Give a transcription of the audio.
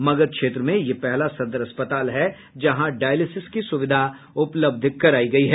मगध क्षेत्र में यह पहला सदर अस्पताल है जहां डायलिसिस की सुविधा उपलब्ध करायी गयी है